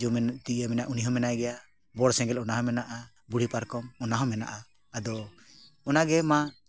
ᱡᱮᱢᱚᱱ ᱩᱱᱤ ᱦᱚᱸ ᱢᱮᱱᱟᱭ ᱜᱮᱭᱟ ᱵᱚᱲ ᱥᱮᱸᱜᱮᱞ ᱚᱱᱟ ᱦᱚᱸ ᱢᱮᱱᱟᱜᱼᱟ ᱵᱩᱲᱦᱤ ᱯᱟᱨᱠᱚᱢ ᱚᱱᱟ ᱦᱚᱸ ᱢᱮᱱᱟᱜᱼᱟ ᱟᱫᱚ ᱚᱱᱟᱜᱮ ᱢᱟ